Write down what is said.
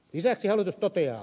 lisäksi hallitus toteaa